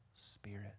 spirit